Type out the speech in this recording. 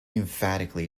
emphatically